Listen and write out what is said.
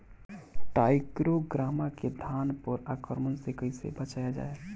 टाइक्रोग्रामा के धान पर आक्रमण से कैसे बचाया जाए?